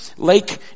Lake